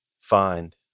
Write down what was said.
find